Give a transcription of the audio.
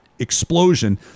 Explosion